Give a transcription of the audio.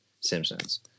Simpsons